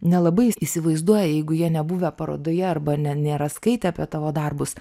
nelabai įsivaizduoja jeigu jie nebuvę parodoje arba ne nėra skaitę apie tavo darbus